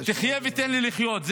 חייה ותן לחיות,